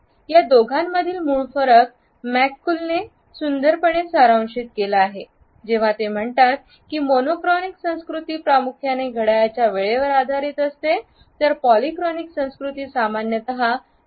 या दोघांमधील मूळ फरक मॅककुलने सुंदरपणे सारांशित केला आहे जेव्हा ते म्हणतात की मोनोक्रॉनिक संस्कृती प्रामुख्याने घड्याळाच्या वेळेवर आधारित असतात तर पॉलीक्रॉनिक संस्कृती सामान्यत लोकांच्या वेळेवर आधारित असतात